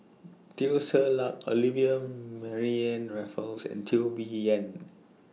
Teo Ser Luck Olivia Mariamne Raffles and Teo Bee Yen